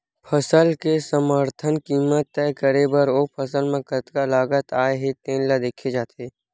फसल के समरथन कीमत तय करे बर ओ फसल म कतका लागत आए हे तेन ल देखे जाथे